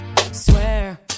swear